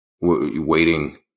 waiting